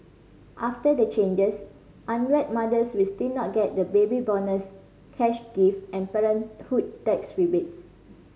after the changes unwed mothers will still not get the Baby Bonus cash gift and parenthood tax rebates